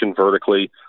vertically